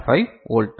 5 volt